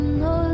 no